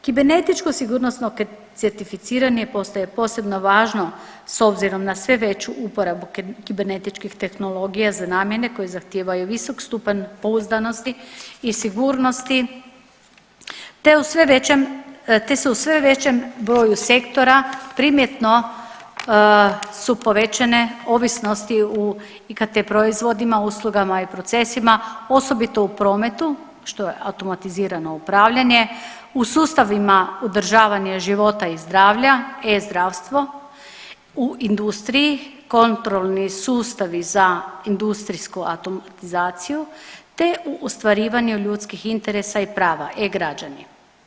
Kibernetičko sigurnosno certificiranje postaje posebno važno s obzirom na sve veću uporabu kibernetičkih tehnologija za namjene koje zahtijevaju visok stupanj pouzdanosti i sigurnosti te se u sve većem broju sektora primjetno su povećane ovisnosti u … proizvodima, uslugama i procesima osobito u prometu, što je automatizirano upravljanje, u sustavima održavanje života i zdravlja e-zdravstvo, u industriji kontrolni sustavi za industrijsku automatizaciju te u ostvarivanju ljudskih interesa i prava e-Građani.